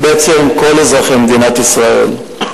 בעצם כל אזרחי מדינת ישראל.